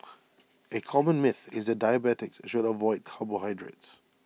A common myth is that diabetics should avoid carbohydrates